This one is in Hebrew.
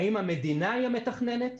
האם המדינה היא המתכננת?